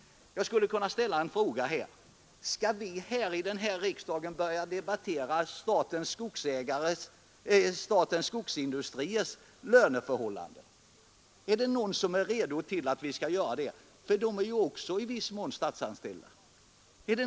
Jag skulle kunna ställa en fråga till: Skall vi här i riksdagen börja debattera Statens skogsindustriers löneförhållanden? Är det någon som är redo att göra det? De som arbetar där är ju också i viss mån statsanställda.